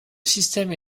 système